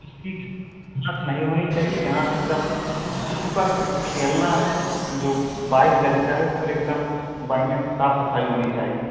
क्योंकि घास नहीं होनी चाहिए घास एकदम जिस पर खेलना है जो बाईस गज का है उस पर एकदम बढ़ियाँ से साफ सफाई होनी चाहिए